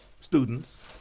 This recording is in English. students